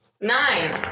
Nine